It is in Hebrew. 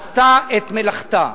עשתה את מלאכתה.